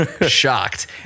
Shocked